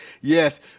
yes